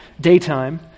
daytime